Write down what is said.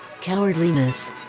Cowardliness